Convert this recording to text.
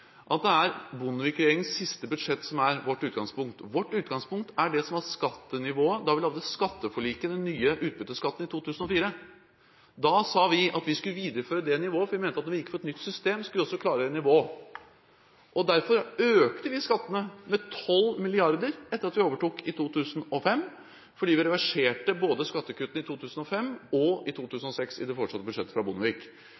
at det er Bondevik-regjeringens siste budsjett som er vårt utgangspunkt. Vårt utgangspunkt er det som var skattenivået da vi laget skatteforliket, den nye utbytteskatten, i 2004. Da sa vi at vi skulle videreføre det nivået, fordi vi mente at når vi går for et nytt system, da skal vi også klargjøre nivå. Derfor økte vi skattene med 12 mrd. kr etter at vi overtok i 2005, fordi vi reverserte skattekuttene i både 2005 og 2006 i